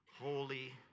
holy